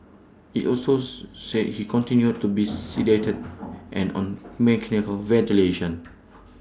IT also said he continued to be sedated and on mechanical ventilation